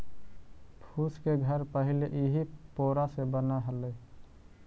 फूस के घर पहिले इही पोरा से बनऽ हलई